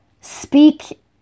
speak